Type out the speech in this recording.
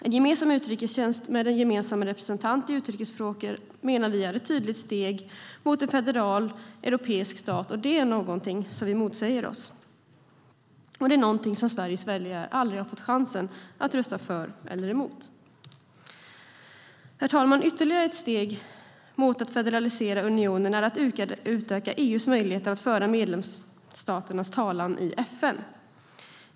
En gemensam utrikestjänst med en gemensam representant i utrikesfrågor menar vi är ett tydligt steg mot en federal europeisk stat. Det är någonting som vi motsätter oss och någonting som Sveriges väljare aldrig har fått chansen att rösta för eller emot. Herr talman! Ytterligare ett steg mot att federalisera unionen är att utöka EU:s möjligheter att föra medlemsstaternas talan i FN.